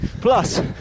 Plus